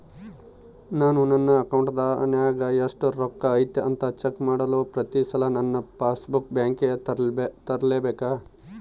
ನಾನು ನನ್ನ ಅಕೌಂಟಿನಾಗ ಎಷ್ಟು ರೊಕ್ಕ ಐತಿ ಅಂತಾ ಚೆಕ್ ಮಾಡಲು ಪ್ರತಿ ಸಲ ನನ್ನ ಪಾಸ್ ಬುಕ್ ಬ್ಯಾಂಕಿಗೆ ತರಲೆಬೇಕಾ?